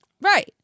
Right